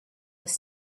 was